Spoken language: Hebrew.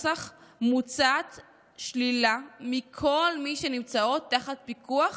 מוצעת שלילה מכל מי שנמצאות תחת פיקוח